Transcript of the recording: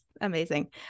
amazing